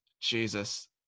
Jesus